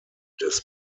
des